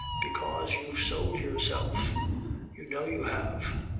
because you've sold yourself you know you have.